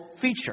feature